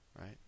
right